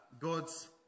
God's